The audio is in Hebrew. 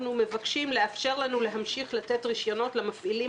אנחנו מבקשים לאפשר לנו להמשיך לתת רישיונות למפעילים